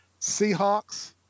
Seahawks